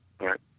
right